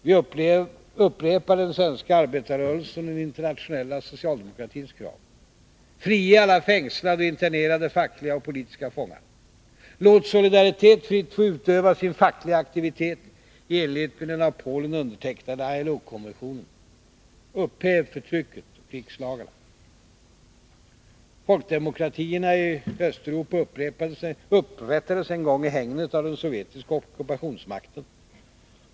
Vi upprepar den svenska arbetarrörelsens och den internationella socialdemokratins krav: Frige alla fängslade och internerade fackliga och politiska fångar, låt Solidaritet fritt få utöva sin fackliga aktivitet i enlighet med den av Polen undertecknade ILO-konventionen och upphäv förtrycket och krigslagarna! Folkdemokratierna i Östeuropa upprättades en gång i hägnet av den sovjetiska ockupationsmakten.